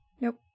Nope